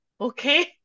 okay